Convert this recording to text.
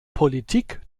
politik